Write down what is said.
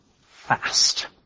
fast